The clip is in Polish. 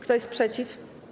Kto jest przeciw?